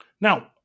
Now